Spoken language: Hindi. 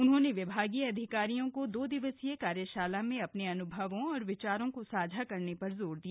उन्होंने विभागीय अधिकारियों को दो दिवसीय कार्यशाला में अपने अन्भवों और विचारों को साझा करने पर जोर दिया